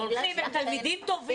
הם הולכים, הם תלמידים טובים.